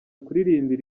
kuririmbira